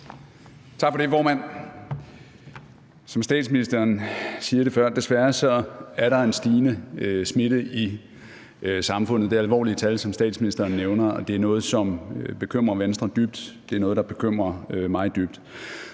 Tak for det, formand. Som statsministeren sagde det før, er der desværre en stigende smitte i samfundet. Det er alvorlige tal, som statsministeren nævner, det er noget, som bekymrer Venstre dybt, det er noget, der bekymrer mig dybt.